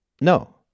No